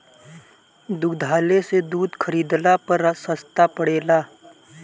दुग्धालय से दूध खरीदला पर सस्ता पड़ेला?